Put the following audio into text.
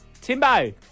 Timbo